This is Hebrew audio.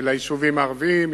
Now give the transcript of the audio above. ליישובים הערביים,